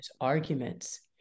arguments